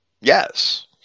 Yes